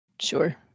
Sure